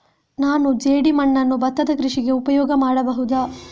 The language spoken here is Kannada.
ನಾನು ಜೇಡಿಮಣ್ಣನ್ನು ಭತ್ತದ ಕೃಷಿಗೆ ಉಪಯೋಗ ಮಾಡಬಹುದಾ?